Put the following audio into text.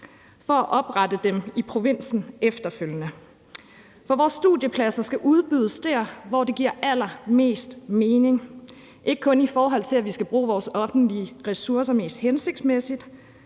for at oprette dem i provinsen efterfølgende. For vores studiepladser skal udbydes der, hvor det giver allermest mening; ikke kun fordi vi skal bruge vores offentlige ressourcer mest hensigtsmæssigt,